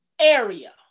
area